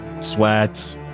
sweat